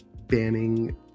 banning